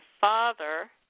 father